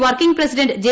working president J